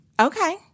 Okay